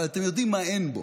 אבל אתם יודעים מה אין בו,